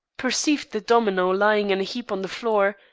perceived the domino lying in a heap on the floor,